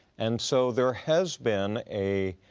and so there has been a